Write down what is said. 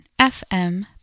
fm